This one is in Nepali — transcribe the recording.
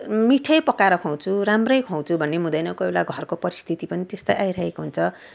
मिठो पकाएर खुवाउँछु राम्रो खुवाउँछु भन्नु हुँदैन कोही बेला घरको परिस्थिति पनि त्यस्तै आइरहेको हुन्छ